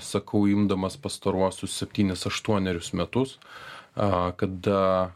sakau imdamas pastaruosius septynis aštuonerius metus a kada